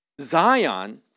Zion